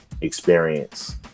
experience